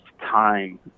time